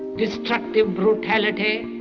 destructive brutality,